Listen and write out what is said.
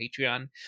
Patreon